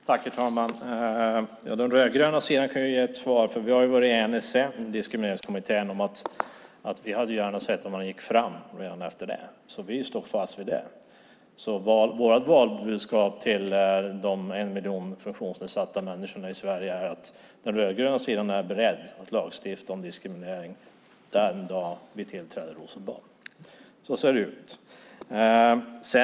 Herr talman! Den rödgröna sidan kan ge ett svar eftersom vi har varit eniga sedan arbetet med Diskrimineringskommittén. Vi hade gärna sett att man hade gått framåt redan efter det. Vårt valbudskap till de en miljon människor i Sverige som har en funktionsnedsättning är att den rödgröna sidan är beredd att lagstifta om diskriminering när vi tillträder i Rosenbad. Så ser det ut.